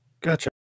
Gotcha